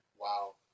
wow